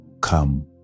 come